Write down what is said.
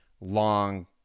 long